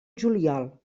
juliol